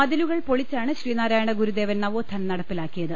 മതിലുകൾ പൊളിച്ചാണ് ശ്രീനാരായണ ഗുരുദേവൻ നവോ ത്ഥാനം നടപ്പിലാക്കിയത്